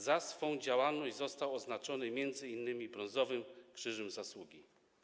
Za swą działalność został odznaczony m.in. Brązowym Krzyżem Zasługi.